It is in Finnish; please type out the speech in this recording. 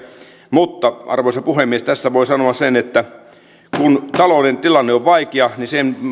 mutta arvoisa puhemies tässä voi sanoa sen että kun talouden tilanne on vaikea niin sen